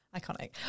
Iconic